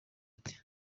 ate